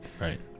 Right